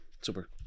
super